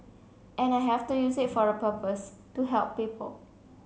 and I have to use it for a purpose to help people